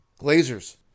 Glazers